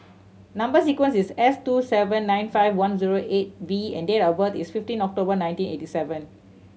number sequence is S two seven nine five one zero eight V and date of birth is fifteen October nineteen eighty seven